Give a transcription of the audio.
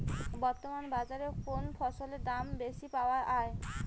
বর্তমান বাজারে কোন ফসলের দাম বেশি পাওয়া য়ায়?